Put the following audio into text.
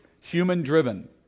human-driven